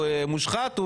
הוא מושחת,